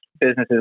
businesses